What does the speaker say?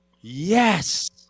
Yes